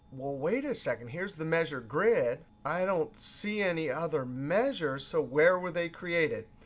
wait a second. here's the measure grid. i don't see any other measure. so where were they created?